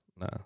nah